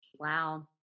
Wow